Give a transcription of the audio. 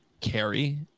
carry